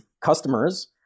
customers